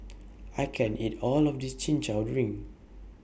I can't eat All of This Chin Chow Drink